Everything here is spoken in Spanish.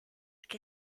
qué